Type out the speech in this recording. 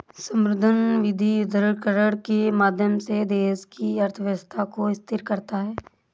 संप्रभु धन विविधीकरण के माध्यम से देश की अर्थव्यवस्था को स्थिर करता है